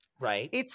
Right